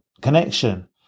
connection